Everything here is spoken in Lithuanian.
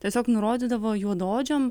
tiesiog nurodydavo juodaodžiam